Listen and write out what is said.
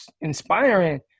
inspiring